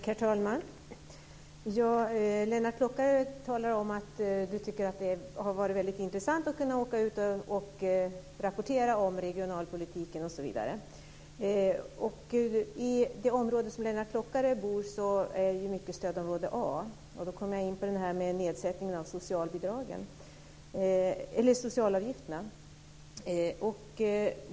Herr talman! Lennart Klockare talar om att han tycker att det har varit väldigt intressant att kunna åka ut och rapportera om regionalpolitiken osv. I det område som Lennart Klockare bor i är det ju mycket fråga om stödområde A, och då kommer jag in på det här med nedsättningen av socialavgifterna.